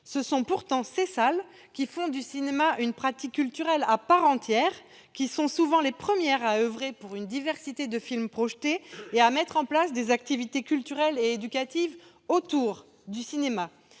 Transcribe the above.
Ce sont pourtant ces salles qui font du cinéma une pratique culturelle à part entière, qui sont souvent les premières à oeuvrer pour une diversité de films projetés et à mettre en place des activités culturelles et éducatives autour du cinéma.